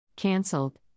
Cancelled